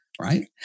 right